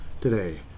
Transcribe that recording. today